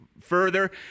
further